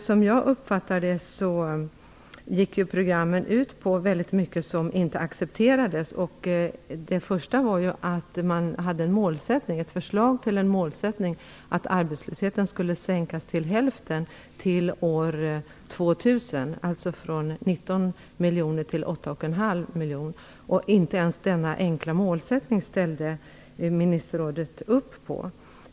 Som jag uppfattar det gick programmen dock i mycket ut på sådant som inte accepterades. Det första var ett förslag till en målsättning att arbetslösheten skulle sänkas till hälften till år 2000, alltså från 19 miljoner till 8 1/2 miljon arbetslösa. Inte ens denna enkla målsättning ställde sig ministerrådet bakom.